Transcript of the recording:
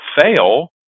fail